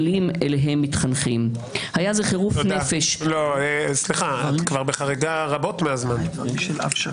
5 מיליארד שקלים נמשכו מקרנות הנאמנות; הרבה מאוד חברות הייטק עכשיו,